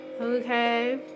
Okay